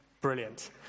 Brilliant